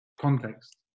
context